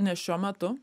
ne šiuo metu